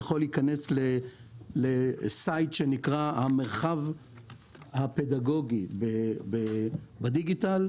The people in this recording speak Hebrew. יכול להיכנס לאתר שנקרא המרחב הפדגוגי ברשת.